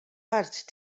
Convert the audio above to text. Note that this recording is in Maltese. art